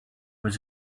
was